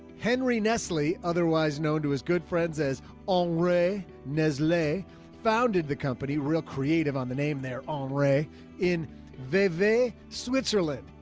henry nestle, otherwise known to as good friends as aunray. nestle founded the company, real creative on the name there on rea in vivi, switzerland,